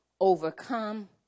overcome